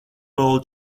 bowl